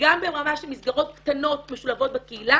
גם ברמה של מסגרות קטנות משולבות בקהילה,